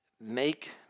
make